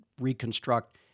reconstruct